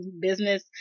business